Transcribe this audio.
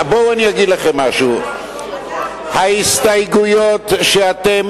אני אגיד לכם משהו: ההסתייגויות שאתם